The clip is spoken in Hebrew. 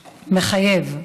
מחייב,